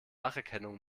spracherkennung